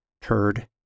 Turd